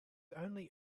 only